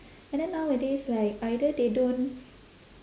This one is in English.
and then nowadays like either they don't